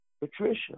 Patricia